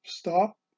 Stop